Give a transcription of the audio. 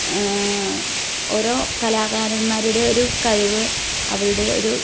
ഓരോ കലാകാരന്മാരുടെ ഒരു കഴിവ് അവരുടെ ഒരു